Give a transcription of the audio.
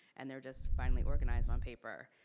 and they're just finally organized on paper.